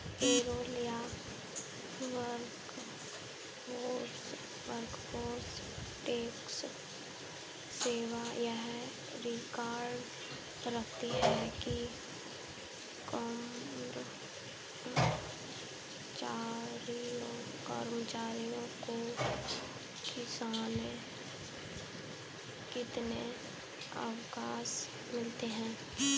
payroll या workforce tax सेवा यह रिकॉर्ड रखती है कि कर्मचारियों को कितने अवकाश मिले